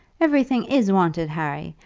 everything is wanted, harry.